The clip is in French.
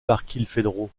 barkilphedro